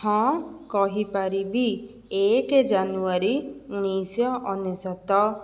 ହଁ କହିପାରିବି ଏକ ଜାନୁଆରୀ ଉଣେଇଶହ ଅନେଶ୍ୱତ